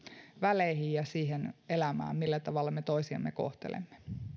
väleihin ja siihen elämään millä tavalla me toisiamme kohtelemme